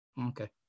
Okay